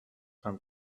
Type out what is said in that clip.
some